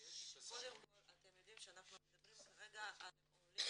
קודם כל אתם יודעים שאנחנו מדברים כרגע על עולים